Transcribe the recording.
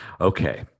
Okay